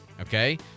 okay